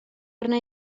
arna